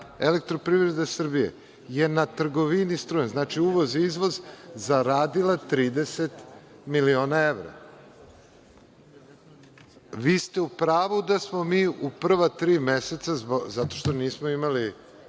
godinu dana EPS je na trgovini struje, znači uvoz-izvoz zaradile 30 miliona evra. Vi ste u pravu da smo mi u prva tri meseca, zato što nismo imali